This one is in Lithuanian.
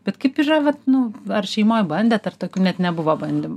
bet kaip yra vat nu ar šeimoj bandėt ar tokių net nebuvo bandymų